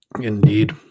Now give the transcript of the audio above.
Indeed